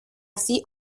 así